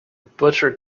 butcher